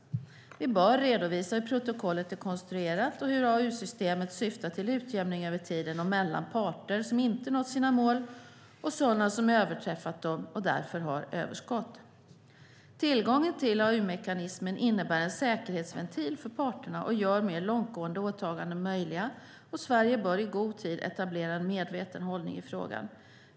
Vi bör redovisa hur protokollet är konstruerat och hur AAU-systemet syftar till utjämning över tiden och mellan parter som inte nått sina mål och sådana som överträffat dem och därför har överskott. Tillgången till AAU-mekanismen innebär en säkerhetsventil för parterna och gör mer långtgående åtaganden möjliga, och Sverige bör i god tid etablera en medveten hållning i frågan.